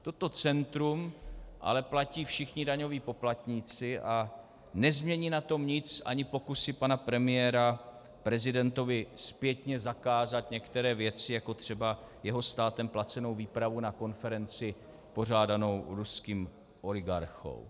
Toto centrum ale platí všichni daňoví poplatníci a nezmění na tom nic ani pokusy pana premiéra prezidentovi zpětně zakázat některé věci, jako třeba jeho státem placenou výpravu na konferenci pořádanou ruským oligarchou.